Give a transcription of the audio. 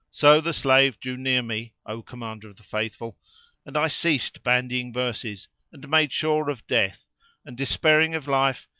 so the slave drew near me, o commander of the faithful and i ceased bandying verses and made sure of death and, despairing of life,